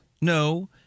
no